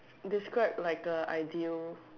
describe like a ideal